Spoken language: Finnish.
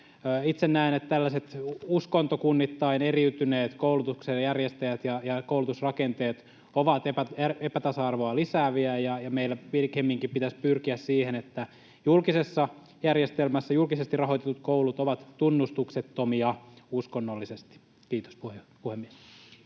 Itse näen, että tällaiset uskontokunnittain eriytyneet koulutuksen järjestäjät ja koulutusrakenteet ovat epätasa-arvoa lisääviä ja meillä pikemminkin pitäisi pyrkiä siihen, että julkisessa järjestelmässä julkisesti rahoitetut koulut ovat tunnustuksettomia uskonnollisesti. — Kiitos, puhemies.